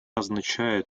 означает